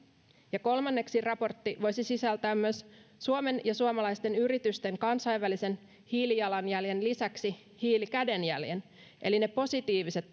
kolmanneksi raportti voisi sisältää myös suomen ja suomalaisten yritysten kansainvälisen hiilijalanjäljen lisäksi hiilikädenjäljen eli ne positiiviset